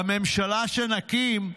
בממשלה שנקים,